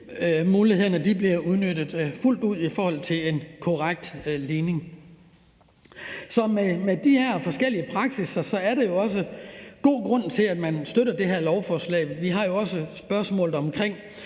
eSkatData bliver udnyttet fuldt ud i forhold til en korrekt skatteligning. Så med de her forskellige praksisser er der jo også god grund til at støtte det her lovforslag. Vi har også spørgsmålet om,